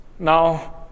Now